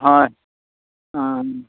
হয়